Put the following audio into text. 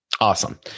Awesome